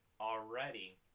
already